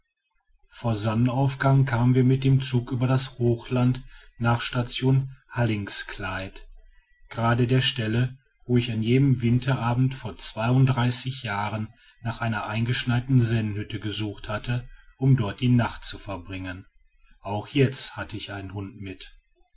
vor sonnenaufgang kamen wir mit dem zug über das hochland nach station hallingskeid gerade der stelle wo ich an jenem winterabend vor jahren nach einer eingeschneiten sennhütte gesucht hatte um dort die nacht zu verbringen auch jetzt hatte ich einen hund mit